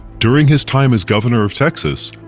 during his time as governor of texas,